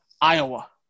Iowa